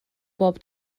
bob